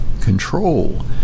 control